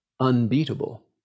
unbeatable